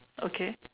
okay